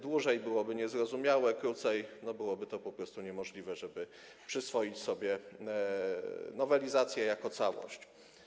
Dłużej - byłoby to niezrozumiałe, krócej - byłoby to po prostu niemożliwe, żeby przyswoić sobie nowelizację jako całość.